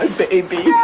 ah baby, yeah